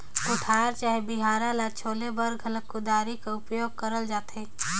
कोठार चहे बियारा ल छोले बर घलो कुदारी कर उपियोग करल जाथे